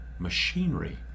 Machinery